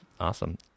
Awesome